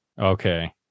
Okay